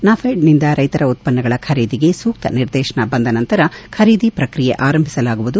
ನಫೆಡ್ನಿಂದ ರೈತರ ಉತ್ಪನ್ನಗಳ ಖರೀದಿಗೆ ಸೂಕ್ತ ನಿರ್ದೇಶನ ಬಂದ ನಂತರ ಖರೀದಿ ಪ್ರಕ್ರಯೆ ಆರಂಭಿಸಲಾಗುವುದು